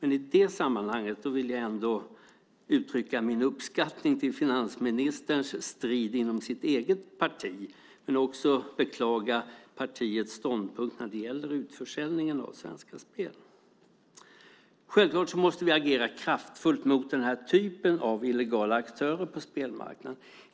I det sammanhanget vill jag ändå uttrycka min uppskattning för finansministerns strid inom det egna partiet och också beklaga partiets ståndpunkt när det gäller utförsäljningen av Svenska Spel. Självklart måste vi agera kraftfullt mot illegala aktörer på spelmarknaden.